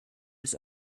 des